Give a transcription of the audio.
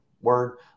word